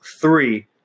three